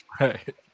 Right